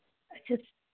अच्छा